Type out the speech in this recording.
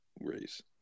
race